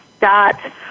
dot